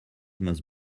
must